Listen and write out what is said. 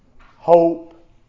hope